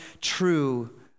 true